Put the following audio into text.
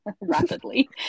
rapidly